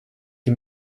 sie